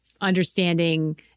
understanding